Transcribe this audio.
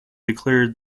declared